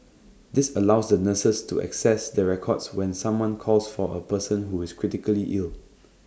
this allows the nurses to access the records when someone calls for A person who is critically ill